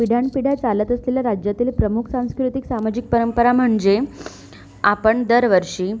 पिढ्यान् पिढ्या चालत असलेल्या राज्यातील प्रमुख सांस्कृतिक सामाजिक परंपरा म्हणजे आपण दरवर्षी